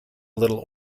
little